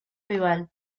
rival